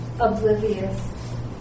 oblivious